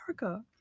America